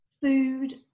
food